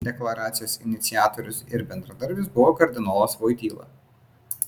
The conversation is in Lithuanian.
deklaracijos iniciatorius ir bendradarbis buvo kardinolas voityla